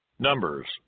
Numbers